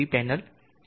panel D